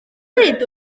ddweud